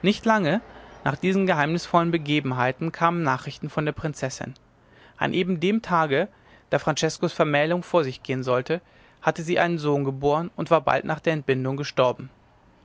nicht lange nach diesen geheimnisvollen begebenheiten kamen nachrichten von der prinzessin an eben dem tage da franceskos vermählung vor sich gehen sollte hatte sie einen sohn geboren und war bald nach der entbindung gestorben